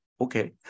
okay